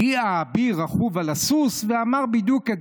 הגיע האביר רכוב על הסוס ואמר בדיוק את